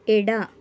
ಎಡ